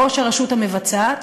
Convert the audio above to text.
בראש הרשות המבצעת,